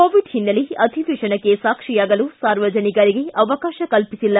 Covid ಹಿನ್ನೆಲೆ ಅಧಿವೇಶನಕ್ಕೆ ಸಾಕ್ಷಿಯಾಗಲು ಸಾರ್ವಜನಿಕರಿಗೆ ಅವಕಾಶ ಕಲ್ಪಿಸಿಲ್ಲ